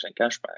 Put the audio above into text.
cashback